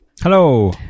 Hello